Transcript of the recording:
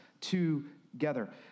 together